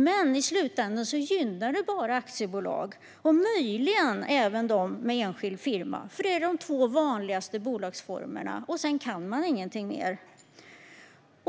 Men i slutändan gynnar det bara aktiebolag och möjligen även dem med enskild firma, som är de två vanligaste bolagsformerna. Sedan kan man ingenting mer.